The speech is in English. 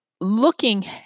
looking